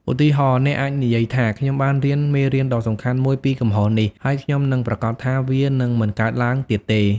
ឧទាហរណ៍ អ្នកអាចនិយាយថា ខ្ញុំបានរៀនមេរៀនដ៏សំខាន់មួយពីកំហុសនេះ ហើយខ្ញុំនឹងប្រាកដថាវានឹងមិនកើតឡើងទៀតទេ។